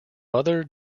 mother